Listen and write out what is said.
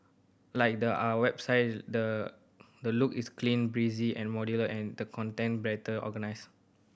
like the are website the the look is clean breezy and modular and the content better organised